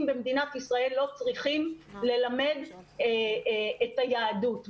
במדינת ישראל לא צריכים ללמד את היהדות.